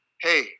hey